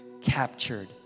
captured